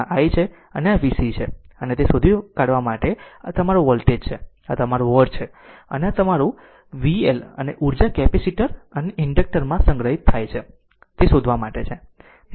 આ i છે અને આ v C છે અને તે શોધવા માટે આ તમારું વોલ્ટેજ તમારું વોટ છે અને તમારી v L અને ઉર્જા કેપેસિટર અને ઇન્ડક્ટર માં સંગ્રહિત છે તે શોધવા માટે છે